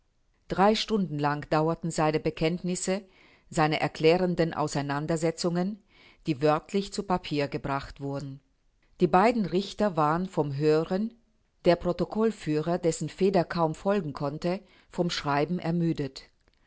drei stunden lang dauerten seine bekenntnisse seine erklärenden auseinandersetzungen die wörtlich zu papier gebracht wurden die beiden richter waren vom hören der protokollführer dessen feder kaum folgen konnte vom schreiben ermüdet